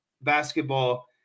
basketball